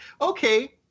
Okay